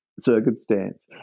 circumstance